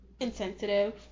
Insensitive